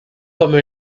comme